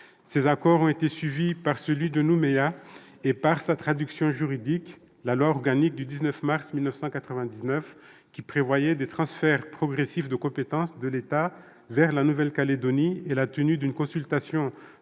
Ces accords ont été suivis par celui de Nouméa et par sa traduction juridique, la loi organique du 19 mars 1999, qui prévoyait des transferts progressifs de compétences de l'État vers la Nouvelle-Calédonie et la tenue d'une consultation de